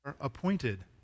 appointed